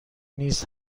نیست